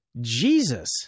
Jesus